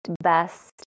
best